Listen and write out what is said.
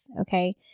Okay